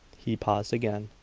he paused again.